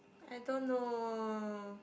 I don't know